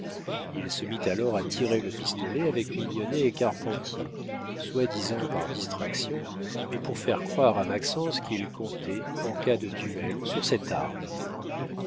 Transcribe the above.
il se mit alors à tirer le pistolet avec mignonnet et carpentier soi-disant par distraction mais pour faire croire à maxence qu'il comptait en cas de duel sur cette arme